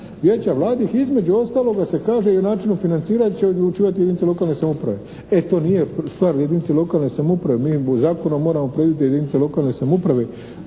vijeća mladih između ostaloga se kaže i o načinu financiranja će odlučivati jedinice lokalne samouprave. E to nije stvar jedinica lokalne samouprave. Mi u zakonu moramo predvidjeti da jedinica lokalne samouprave